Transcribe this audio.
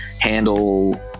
handle